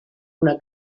una